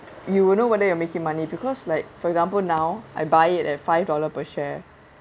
you won't know whether you're making money because like for example now I buy it at five dollar per share